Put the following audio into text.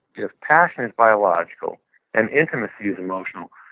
if passion is biological and intimacy is emotional,